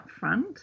upfront